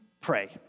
pray